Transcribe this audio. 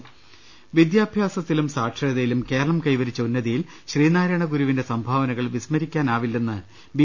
രുട്ട്ട്ട്ട്ട്ട്ട്ട വിദ്യാഭ്യാസത്തിലും സാക്ഷരതയിലും കേരളം കൈവരിച്ച ഉന്നതിയിൽ ശ്രീനാരായണ ഗുരുവിന്റെ സംഭാവനകൾ വിസ്മരിക്കാനാവില്ലെന്ന് ബി